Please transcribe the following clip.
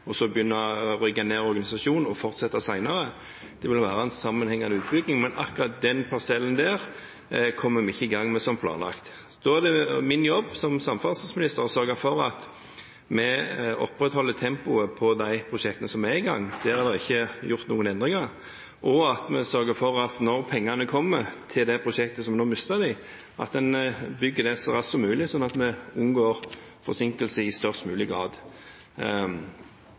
begynne å rigge ned organisasjonen og fortsette senere. Det vil være en sammenhengende utbygging, men akkurat den parsellen kommer vi ikke i gang med som planlagt. Da er det min jobb som samferdselsminister å sørge for at vi opprettholder tempoet i de prosjektene som er i gang – der er det ikke gjort noen endringer – og at vi sørger for at når pengene kommer til prosjektet som nå mister dem, bygger det så raskt som mulig, sånn at vi unngår forsinkelser i størst mulig grad.